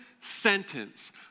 sentence